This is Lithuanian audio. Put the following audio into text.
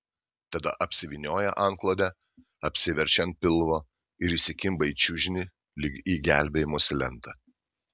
tada apsivynioja antklode apsiverčia ant pilvo ir įsikimba į čiužinį lyg į gelbėjimosi lentą